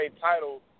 title